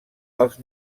els